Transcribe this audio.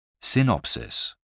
Synopsis